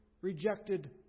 rejected